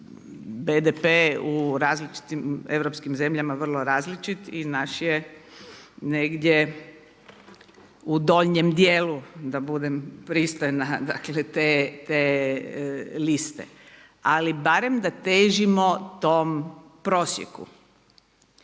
BDP u različitim europskim zemljama vrlo različit i naš je negdje u donjem dijelu, da budem pristojna, te liste ali barem da težimo tom prosjeku.